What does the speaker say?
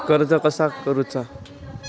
कर्ज कसा करूचा?